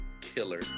killer